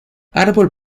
árbol